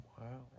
Wow